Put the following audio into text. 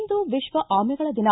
ಇಂದು ವಿಶ್ವ ಆಮೆಗಳ ದಿನ